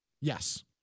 Yes